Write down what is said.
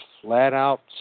flat-out